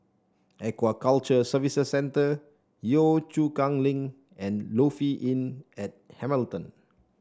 Aquaculture Services Centre Yio Chu Kang Link and Lofi Inn at Hamilton